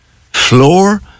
floor